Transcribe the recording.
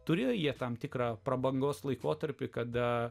turėjo jie tam tikrą prabangos laikotarpį kada